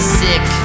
sick